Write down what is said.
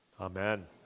Amen